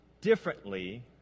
differently